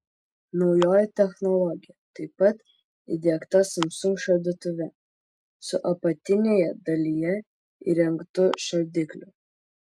naujoji technologija taip pat įdiegta samsung šaldytuve su apatinėje dalyje įrengtu šaldikliu